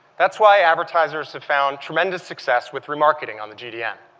that's why advertisers have found tremendous success with remarketing on the gdn.